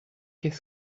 qu’est